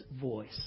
voice